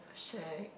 shag